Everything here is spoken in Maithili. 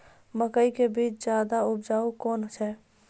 मकई के बीज ज्यादा उपजाऊ कौन है?